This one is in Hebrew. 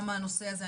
גם הנושא הזה,